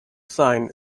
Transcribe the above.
sign